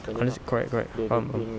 honestly correct correct um ah